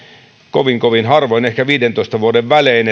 kovin kovin harvoin ehkä viidentoista vuoden välein